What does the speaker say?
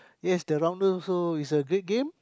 yes the rounder also is a great game